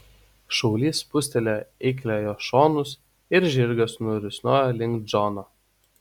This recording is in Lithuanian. šaulys spūstelėjo eikliojo šonus ir žirgas nurisnojo link džono